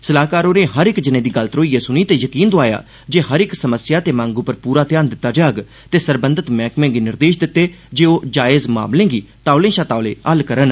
सलाहकार होरें हर इक जने दी गल्ल धरोइयै सुनी ते यकीन दोआया जे हर इक समस्या ते मंग उप्पर पूरा ध्यान दित्ता जाग ते सरबंधत मैहकमें गी निर्देष दित्ते जांगन जे ओह् जायज मामलें गी तौले षा तौले हल करन